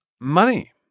money